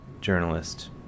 journalist